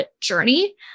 journey